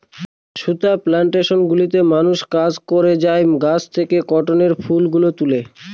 সুতা প্লানটেশন গুলোতে মানুষ কাজ করে যারা গাছ থেকে কটনের ফুল গুলো তুলে